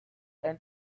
and